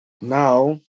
now